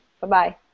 Bye-bye